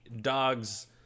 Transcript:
dogs